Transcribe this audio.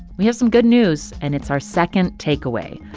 we have some good news, and it's our second takeaway.